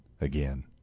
again